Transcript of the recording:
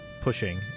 pushing